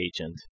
agent